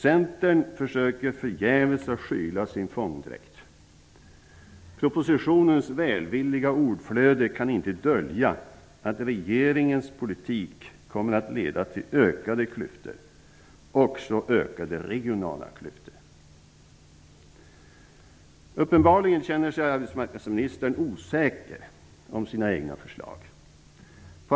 Centern försöker förgäves att skyla sin fångdräkt. Propositionens välvilliga ordflöde kan inte dölja att regeringens politik kommer att leda till ökade klyftor och även ökade regionala klyftor. Uppenbarligen känner sig arbetsmarknadsministern osäker på sina egna förslag.